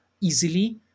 easily